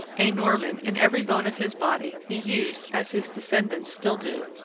a norman in every bone of his body, he used, as his descendants still do,